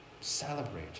celebrate